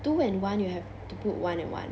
two and one you have to put one and one